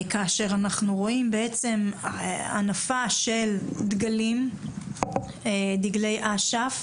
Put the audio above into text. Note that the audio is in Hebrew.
כאשר אנחנו רואים בעצם הנפה של דגלים, דגלי אש"ף,